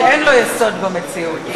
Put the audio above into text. שאין לו יסוד במציאות.